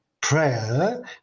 prayer